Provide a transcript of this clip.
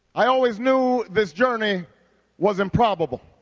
i always knew this journey was improbable.